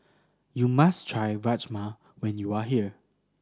you must try Rajma when you are here